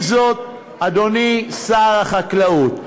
עם זאת, אדוני שר החקלאות,